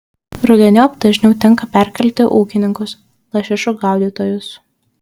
rudeniop dažniau tenka perkelti ūkininkus lašišų gaudytojus